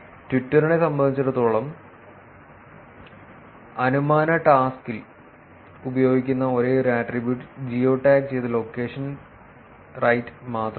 ട്വിറ്ററിനെ സംബന്ധിച്ചിടത്തോളം അനുമാന ടാസ്കിൽ ഉപയോഗിക്കുന്ന ഒരേയൊരു ആട്രിബ്യൂട്ട് ജിയോടാഗ് ചെയ്ത ലൊക്കേഷൻ റൈറ്റ് മാത്രമാണ്